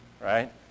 right